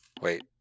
Wait